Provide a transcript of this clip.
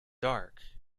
dark